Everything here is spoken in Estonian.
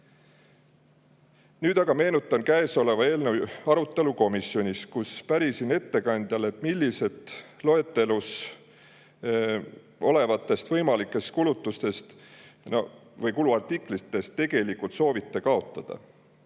Nüüd aga meenutan kõnesoleva eelnõu arutelu komisjonis, kus pärisin ettekandjalt, milliseid loetelus olevatest võimalikest kulutustest või kuluartiklitest tegelikult soovitakse kaotada.